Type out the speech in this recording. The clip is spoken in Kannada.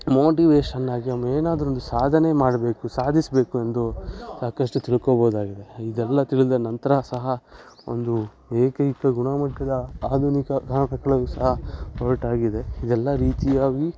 ಮೋಟಿವೇಶನ್ನಾಗಿ ಅದೇನಾದ್ರೊಂದು ಸಾಧನೆ ಮಾಡಬೇಕು ಸಾಧಿಸಬೇಕು ಎಂದು ಸಾಕಷ್ಟು ತಿಳ್ಕೋಬೋದಾಗಿದೆ ಇದೆಲ್ಲ ತಿಳಿದ ನಂತರ ಸಹ ಒಂದು ಏಕೈಕ ಗುಣಮಟ್ಟದ ಆಧುನಿಕ ಸಹ ಹೊರಟಾಗಿದೆ ಇದೆಲ್ಲ ರೀತಿಯಾಗಿ